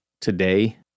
today